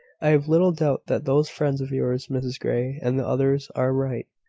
i have little doubt that those friends of yours mrs grey and the others are right.